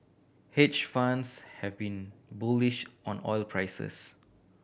hedge funds have been bullish on oil prices